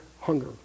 hunger